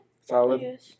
Solid